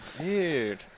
Dude